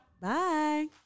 bye